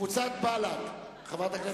אנחנו עוברים להסתייגויות על תקציב